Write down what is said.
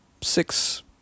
six